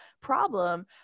problem